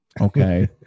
okay